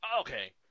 Okay